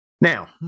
Now